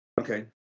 okay